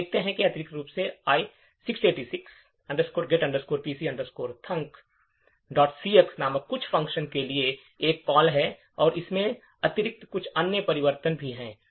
जो हम देखते हैं कि अतिरिक्त रूप से i686 get pc thunkcx नामक कुछ फ़ंक्शन के लिए एक कॉल है और इसके अतिरिक्त कुछ अन्य परिवर्तन भी हैं